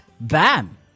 bam